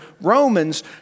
Romans